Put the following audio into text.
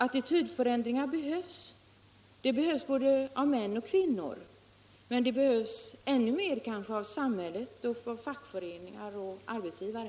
Attitydförändringar behövs hos både män och kvinnor, men de behövs kanske ännu mer hos samhället och hos fackföreningar och arbetsgivare.